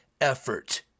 effort